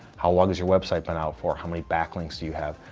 how long has your website been out for? how many back links do you have?